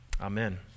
amen